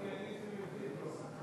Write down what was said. לדיון מוקדם בוועדת הכנסת נתקבלה.